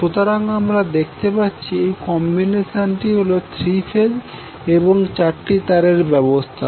সুতরাং এখন আমরা দেখতে পাচ্ছি এই কম্বিনেশনটি হল থ্রী ফেজ এবং চারটি তারের ব্যবস্থা